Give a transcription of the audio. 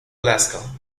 alaska